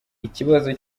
ikibazo